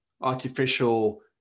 artificial